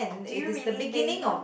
do you really think